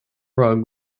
rug